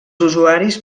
usuaris